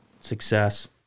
success